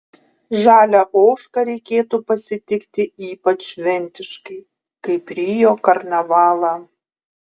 žalią ožką reikėtų pasitikti ypač šventiškai kaip rio karnavalą